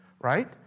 right